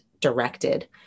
directed